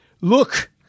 Look